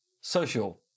social